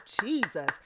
Jesus